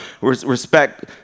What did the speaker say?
respect